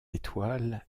étoiles